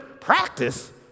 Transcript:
practice